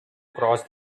cross